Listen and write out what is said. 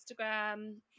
Instagram